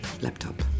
laptop